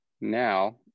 Now